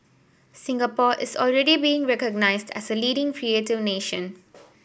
Singapore is already being recognised as a leading creative nation